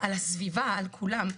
על הסביבה, על כולם,